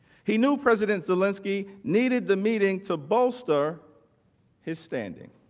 he knew president zelensky needed the meeting to bolster his standing.